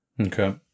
Okay